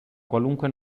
qualunque